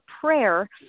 prayer